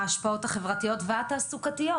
ההשפעות החברתיות והתעסוקתיות.